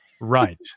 Right